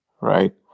right